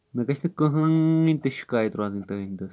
مےٚ گژھِ نہٕ کٕہٕنۍ تہِ شِکایت روزٕنۍ تُہُندۍ دٔسۍ